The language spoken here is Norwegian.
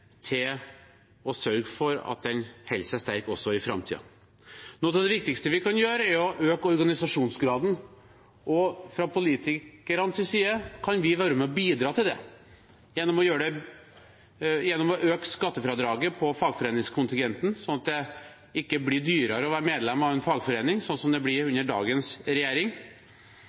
til å sørge for at den holder seg sterk – også i framtiden. Noe av det viktigste vi kan gjøre, er å øke organisasjonsgraden, og fra politikernes side kan vi være med og bidra til det gjennom å øke skattefradraget på fagforeningskontingenten, slik at det ikke blir dyrere å være medlem av en fagforening – slik det blir under dagens regjering